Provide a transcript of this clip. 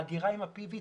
האגירה עם ה-פי.וי.